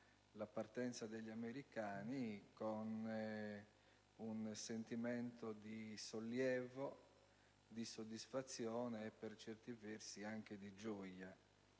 la partenza degli americani con un sentimento di sollievo, di soddisfazione e, per certi versi, anche di gioia.